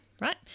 right